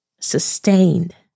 sustained